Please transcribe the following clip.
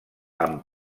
amb